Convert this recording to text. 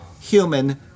human